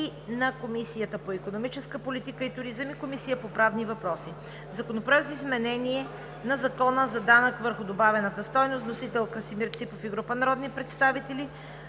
на Комисията по икономическа политика и туризъм и Комисията по правни въпроси. Законопроект за изменение на Закона за данък върху добавената стойност. Вносители: Красимир Ципов и група народни представители.